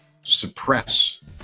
suppress